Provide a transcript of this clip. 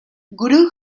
gurú